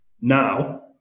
Now